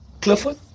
Clifford